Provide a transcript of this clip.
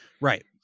Right